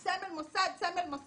היה סמל מוסד לא היה סמל מוסד.